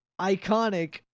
iconic